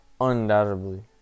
Undoubtedly